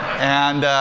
and,